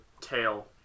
tail